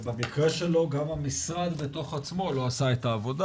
אבל במקרה שלו גם המשרד בתוך עצמו לא עשה את העבודה,